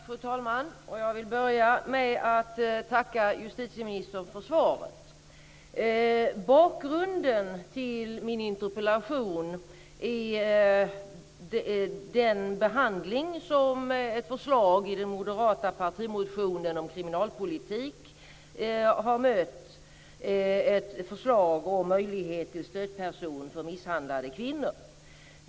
Fru talman! Jag vill börja med att tacka justitieministern för svaret. Bakgrunden till min interpellation är den behandling som ett förslag i den moderata partimotionen om kriminalpolitik har mött, nämligen förslaget om möjlighet till stödperson för misshandlade kvinnor.